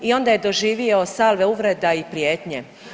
I onda je doživio salve uvreda i prijetnje.